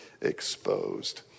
exposed